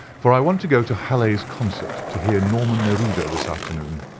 for i want to go to halle's concert to hear norman neruda this afternoon.